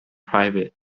private